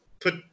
put